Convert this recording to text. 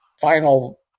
final